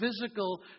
physical